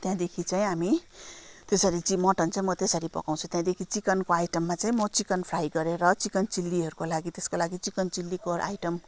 त्यहाँदेखि चाहिँ हामी त्यसरी चाहिँ मटन चाहिँ म त्यसरी पकाउँछु त्यहाँदेखि चिकनको आइटममा चाहिँ म चिकन फ्राई गरेर चिकन चिल्लीहरूको लागि त्यसको लागि चिकन चिल्लीको आइटम